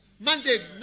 Monday